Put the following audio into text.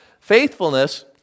faithfulness